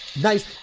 nice